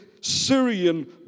Syrian